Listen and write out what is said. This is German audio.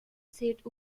zählt